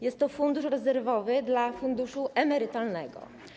Jest to fundusz rezerwowy dla funduszu emerytalnego.